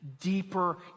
deeper